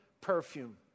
perfume